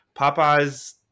Popeyes